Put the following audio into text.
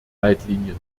leitlinien